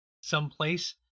someplace